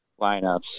lineups